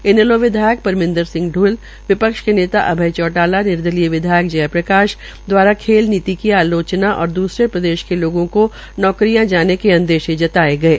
इनैलो विधायक परमिंदर ढ़ल विपक्ष के नेता अभय चोटाला निर्दलीय विधायक जय प्रकाश द्वारा खेल नीति की आलोचना और दूसरे प्रदेश के लोगों को नौकरियां जाने के अंदेशे जताये गये